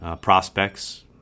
prospects